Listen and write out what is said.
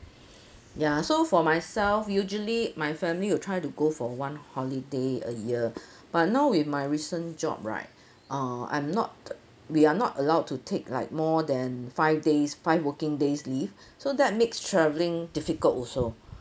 ya so for myself usually my family would try to go for one holiday a year but now with my recent job right uh I'm not we are not allowed to take like more than five days five working days leave so that makes travelling difficult also